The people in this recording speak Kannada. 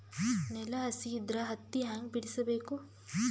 ನೆಲ ಹಸಿ ಇದ್ರ ಹತ್ತಿ ಹ್ಯಾಂಗ ಬಿಡಿಸಬೇಕು?